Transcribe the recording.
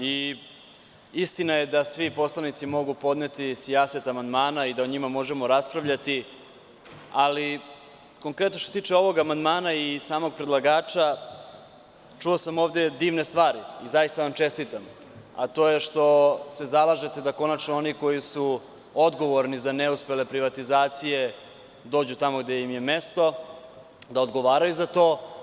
Istina je da svi poslanici mogu podneti sijaset amandmana i da o njima možemo raspravljati, ali što se tiče ovog amandmana i samog predlagača, čuo sam ovde divne stvari i zaista vam čestitam, a to je što se zalažete da konačno oni koji su odgovorni za neuspele privatizacije dođu tamo gde im je mesto, da odgovaraju za to.